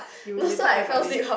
you you told me about this